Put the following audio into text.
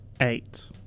Eight